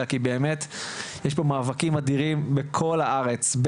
אלא כי באמת יש פה מאבקים אדירים בכל הארץ,